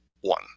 one